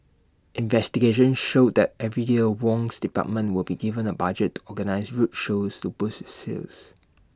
investigation showed that every year Wong's department would be given A budget to organise road shows to boost its sales